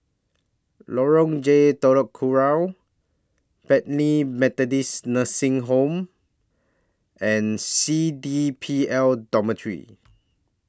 Lorong J Telok Kurau Bethany Methodist Nursing Home and C D P L Dormitory